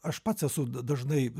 aš pats esu dažnai